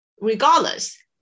regardless